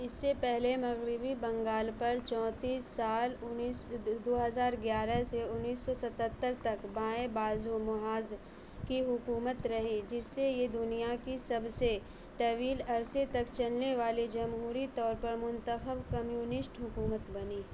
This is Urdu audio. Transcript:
اس سے پہلے مغربی بنگال پر چونتیس سال انیس دو ہزار سے گیارہ انیس سو ستتر تک بائیں بازو محاذ کی حکومت رہی جس سے یہ دنیا کی سب سے طویل عرصے تک چلنے والی جمہوری طور پر منتخب کمیونسٹ حکومت بنی